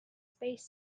space